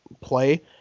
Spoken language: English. play